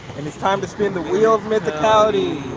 and it's time to spin the wheel of mythicality.